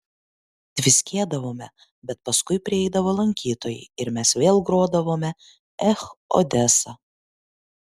tviskėdavome bet paskui prieidavo lankytojai ir mes vėl grodavome ech odesa